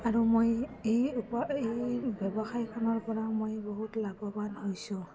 আৰু মই এই এই ব্যৱসায়খনৰপৰা মই বহুতো লাভৱান হৈছোঁ